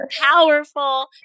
powerful